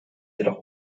jedoch